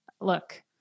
look